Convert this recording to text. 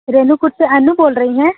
रेणुकूट से अनु बोल रही हैं